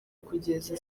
kugeza